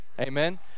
amen